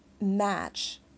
match